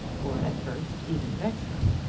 or at first even vex her.